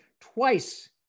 twice